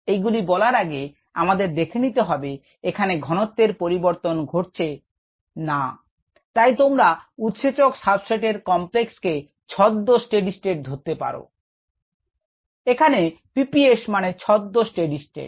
এইগুলি বলার আগে আমাদের দেখে নিতে হবে এখানে ঘনত্বের পরিবর্তন ঘটছে না তাই তোমরা উৎসেচক সাবস্ট্রেট এর কমপ্লেক্সকে ছদ্ম স্টেডি স্টেট ধরতে পারো যেখানে PPS মানে ছদ্ম স্টেডি স্টেট